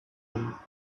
him